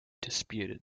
disputed